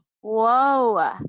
Whoa